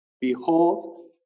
Behold